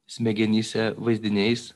smegenyse vaizdiniais